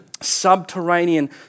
subterranean